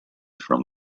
from